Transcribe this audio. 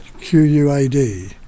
Q-U-A-D